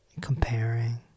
Comparing